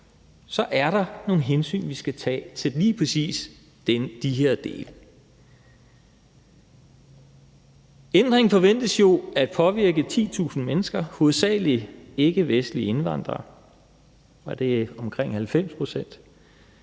så er der nogle hensyn, vi skal tage, til lige præcis de her dele. Ændringen forventes jo at påvirke 10.000 mennesker, hovedsagelig ikkevestlige indvandrere – det er omkring 90 pct.